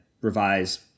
revise